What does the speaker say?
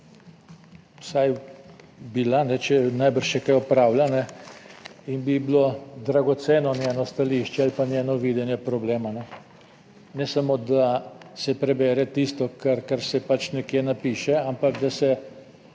vsaj bila, če je najbrž še kaj opravila in bi bilo dragoceno njeno stališče ali pa njeno videnje problema, ne samo, da se prebere tisto, kar se nekje napiše, ampak da se